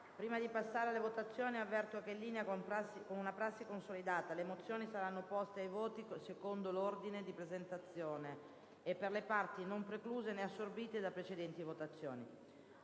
Prima di passare alle votazioni, avverto gli onorevoli colleghi che, in linea con una prassi consolidata, le mozioni saranno poste ai voti secondo l'ordine di presentazione e per le parti non precluse né assorbite da precedenti votazioni.